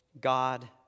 God